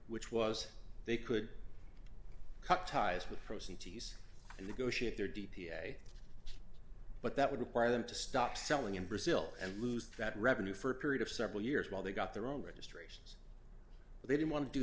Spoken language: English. which was they could cut ties with proceeds in the goetia if their d p a but that would require them to stop selling in brazil and lose that revenue for a period of several years while they got their own registration but they didn't want to do